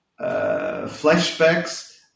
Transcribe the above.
flashbacks